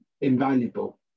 Invaluable